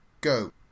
go